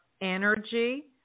energy